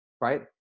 right